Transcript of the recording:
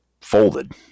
folded